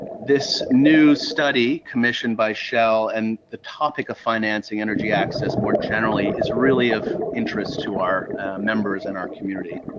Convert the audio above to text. this new study commissioned by shell and the topic of financing energy access more generally is really of interest to our members and our community.